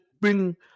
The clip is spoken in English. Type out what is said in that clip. bring